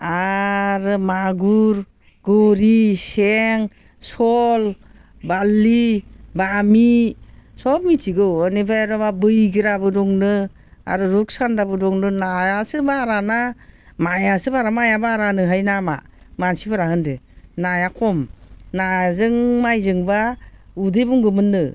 आरो मागुर गोरि सें सल बारलि बामि सब मिथिगौ बेनिफ्राय आरो मा बैग्राबो दंनो आरो रुपसान्दाबो दं नो नायासो बारा ना माइआसो बारा माइआ बारा नो हाय नामा मानसिफोरा होनदों नाया खम नाजों माइजोंबा उदै बुंगौमोन नो